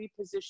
reposition